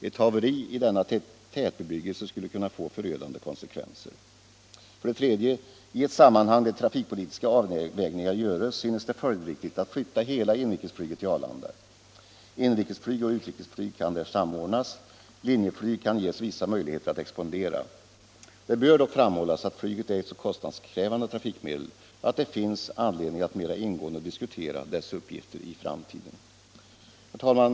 Ett haveri i denna tätbebyggelse skulle kunna få förödande konsekvenser. 3. I ett sammanhang där trafikpolitiska avvägningar görs synes det följdriktigt att flytta hela inrikesflyget till Arlanda. Inrikesflyg och utrikesflyg kan där samordnas, Linjeflyg kan ges vissa möjligheter att expandera. Det bör dock framhållas att flyget är ett så kostnadskrävande trafikmedel att det finns anledning att mera ingående diskutera dess uppgifter i framtiden. Herr talman!